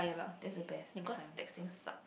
that's the best because texting sucks